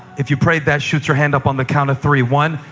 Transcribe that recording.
if you prayed that, shoot your hand up on the count of three. one,